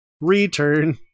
Return